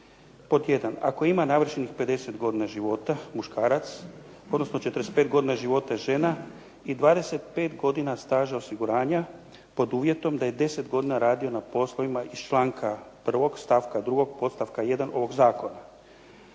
Pod 1., ako ima navršenih 50 godina života muškarac, odnosno 45 godina života žena i 25 godina staža osiguranja pod uvjetom da je 10 godina radio na poslovima iz članka 1. stavka 2. podstavka 1. ovog zakona.